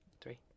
three